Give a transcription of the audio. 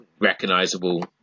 recognizable